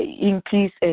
increase